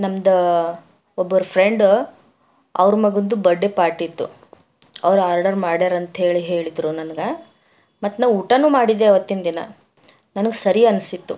ನಮ್ಮದು ಒಬ್ಬರು ಫ್ರೆಂಡ್ ಅವರ ಮಗನದು ಬರ್ಡ್ಡೆ ಪಾರ್ಟಿ ಇತ್ತು ಅವರು ಆರ್ಡರ್ ಮಾಡ್ಯಾರಂತ ಹೇಳಿ ಹೇಳಿದ್ರು ನನಗೆ ಮತ್ತೆ ನಾ ಊಟನೂ ಮಾಡಿದ್ದೆವು ಆವತ್ತಿನದಿನ ನನಗೆ ಸರಿ ಅನ್ಸಿತ್ತು